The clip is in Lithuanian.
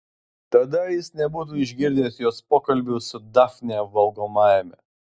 tada jis nebūtų išgirdęs jos pokalbio su dafne valgomajame